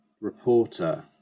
reporter